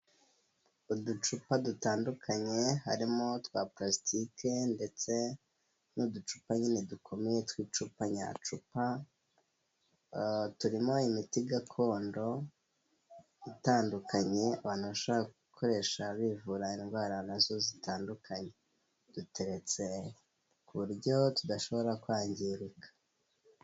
Uducupa dutandukanye harimo twa pulastike ndetse n'uducupa nyine dukomeye tw'icupa nyacupa, turimo imiti gakondo itandukanye abantu bashobora gukoresha bivura indwara nazo zitandukanye, duteretse ku buryo tudashobora kwangirika.